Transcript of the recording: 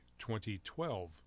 2012